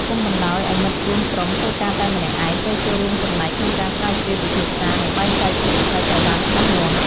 កុំបណ្តោយឱ្យមិត្តរួមក្រុមធ្វើការតែម្នាក់ឯង ត្រូវចូលរួមចំណែកក្នុងការស្រាវជ្រាវ ពិភាក្សា និងបែងចែកភារកិច្ចឱ្យបានច្បាស់លាស់។